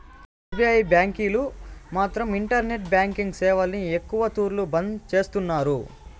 SBI బ్యాంకీలు మాత్రం internet banking సేవల్ని ఎక్కవ తూర్లు బంద్ చేస్తున్నారు